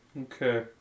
Okay